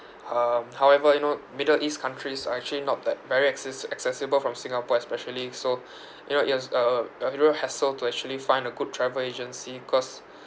hmm however you know middle east countries are actually not that very access~ accessible from singapore especially so you know it was a a little bit hassle to actually find a good travel agency cause